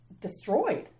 destroyed